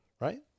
right